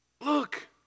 Look